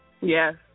Yes